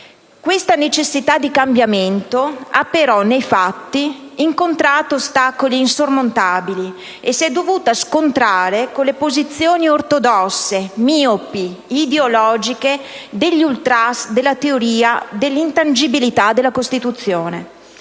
Questa necessità di cambiamento ha però, nei fatti, incontrato ostacoli insormontabili e si è dovuta scontrare con le posizioni ortodosse, miopi ed ideologiche degli "ultras" della teoria dell'intangibilità della Costituzione.